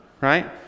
right